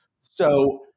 So-